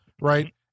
right